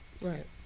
Right